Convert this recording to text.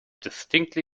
distinctly